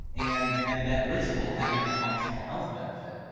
and and that ritual having a functional health benefit.